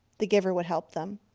the giver would help them.